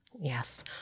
Yes